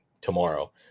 tomorrow